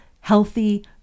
healthy